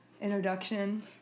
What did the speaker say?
introduction